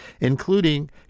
including